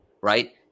right